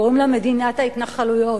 וקוראים לה מדינת התנחלויות.